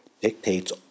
dictates